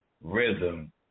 rhythm